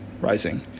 rising